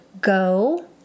Go